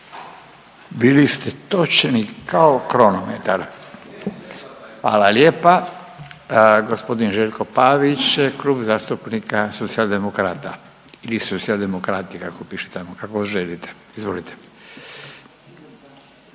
Bili ste točni kao kronometar, hvala lijepa. Gospodin Željko Pavić, Klub zastupnika Socijaldemokrata, …/Govornik se ne razumije/… demokrati kako piše tamo, kako želite, izvolite.